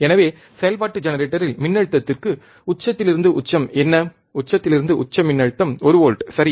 எனவே செயல்பாட்டு ஜெனரேட்டரில் மின்னழுத்தத்திற்கு உச்சத்திலிருந்து உச்சம் என்ன உச்சத்திலிருந்து உச்ச மின்னழுத்தம் ஒரு வோல்ட் சரி